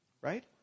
right